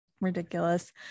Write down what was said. Ridiculous